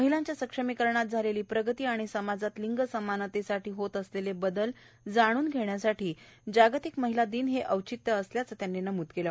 महिलांच्या सक्षमीकरणात झालेली प्रगती आणि समाजात लिंग समानतेसाठी होत असलेले बदल जाणून घेण्यासाठी जागतिक महिला दिन हे औचित्य असल्याचे त्यांनी नमूद केले